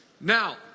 Now